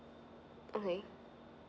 okay